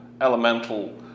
elemental